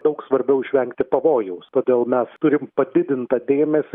daug svarbiau išvengti pavojaus todėl mes turim padidintą dėmesį